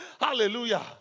hallelujah